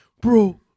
bro